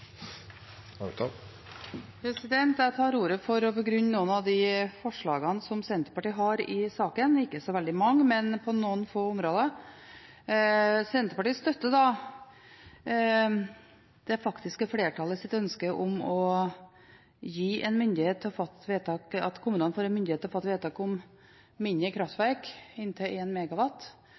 Jeg tar ordet for å begrunne noen av de forslagene som Senterpartiet har i saken, ikke så veldig mange, men på noen få områder. Senterpartiet støtter det faktiske flertallets ønske om at kommunene får myndighet til å fatte vedtak om mindre kraftverk, inntil 1 MW. Vi er også av den oppfatningen at